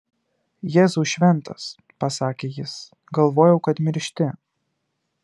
jėzau šventas pasakė jis galvojau kad miršti